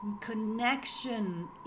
connection